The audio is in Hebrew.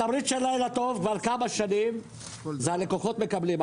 התמריץ של לילה טוב כבר כמה שנים זה הלקוחות מקבלים.